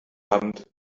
abend